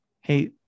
hey